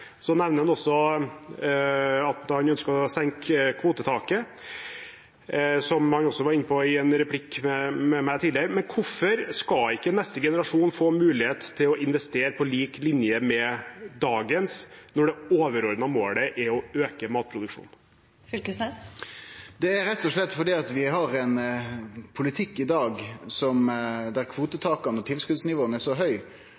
Så nevner han også at han ønsker å senke kvotetaket, som han også var inne på i en replikk med meg tidligere. Men hvorfor skal ikke neste generasjon få mulighet til å investere på lik linje med dagens når det overordnede målet er å øke matproduksjonen? Det er rett og slett fordi vi har ein politikk i dag der kvotetaka og tilskotsnivåa er så